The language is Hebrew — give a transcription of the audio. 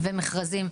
ומכרזים,